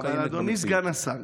אדוני סגן השר,